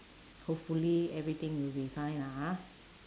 hopefully everything will be fine lah ha